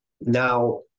now